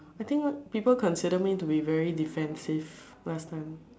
I think people consider me to be very defensive last time